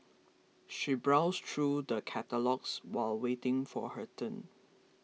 she browsed through the catalogues while waiting for her turn